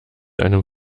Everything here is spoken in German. einem